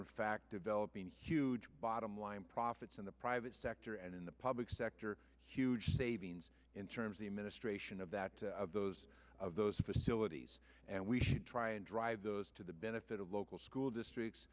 in fact developing huge bottom line profits in the private sector and in the public sector huge savings in terms of administration of that of those of those facilities and we should try and drive those to the benefit of local school districts